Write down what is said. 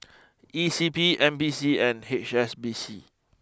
E C P N P C and H S B C